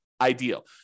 ideal